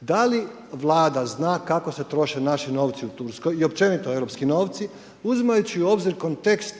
da li Vlada zna kako se troše naši novce u Turskoj, i općenito europski novci, uzimajući u obzir kontekst